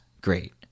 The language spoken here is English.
great